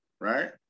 right